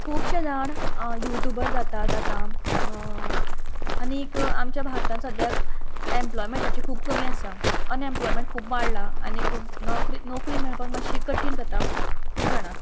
खूबशें जाण यूट्यूबर जातात आता आनीक आमच्या भारतान सद्याक एप्लोयमेंटाची खूब कमी आसा अनएप्लोयमेंट खूब वाडला आनीक नोकरी नोकरी मेळपाक मातशीं कठीन जाता खूब खूब जाणांक